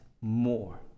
more